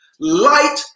Light